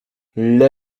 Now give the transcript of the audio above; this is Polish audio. leje